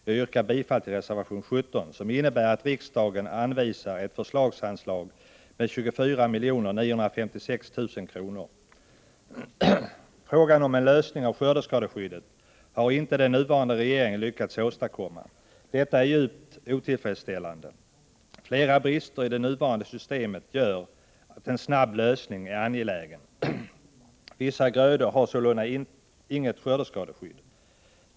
Jag yrkar bifall till reservation 17, vari föreslås att riksdagen anvisar ett förslagsanslag på 24 956 000 kr. En lösning av problemet med skördeskadeskyddet har den nuvarande regeringen inte lyckats åstadkomma. Detta är djupt otillfredsställande. Flera brister i det nuvarande systemet gör att en snabb lösning är angelägen. Vissa grödor har sålunda inget skördeskadeskydd.